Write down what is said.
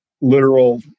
literal